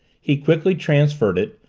he quickly transferred it,